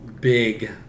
big